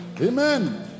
amen